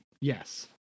Yes